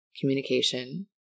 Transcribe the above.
communication